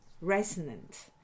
resonant